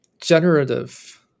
generative